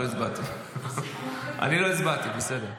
לא הצבעתי, זה בסדר.